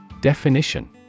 Definition